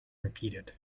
repeated